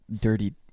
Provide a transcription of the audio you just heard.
dirty